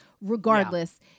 Regardless